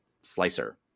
slicer